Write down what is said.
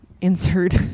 Insert